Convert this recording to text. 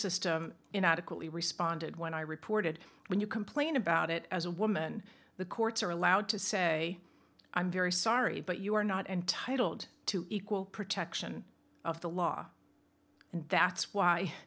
system inadequately responded when i reported when you complain about it as a woman the courts are allowed to say i'm very sorry but you are not entitled to equal protection of the law and that's why